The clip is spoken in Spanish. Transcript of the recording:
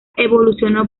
evolucionó